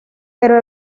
pero